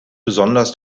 besonders